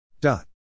Dot